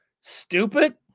stupid